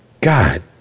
God